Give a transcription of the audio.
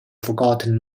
forgotten